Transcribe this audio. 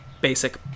basic